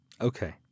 Okay